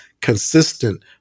consistent